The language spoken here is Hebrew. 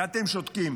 ואתם שותקים.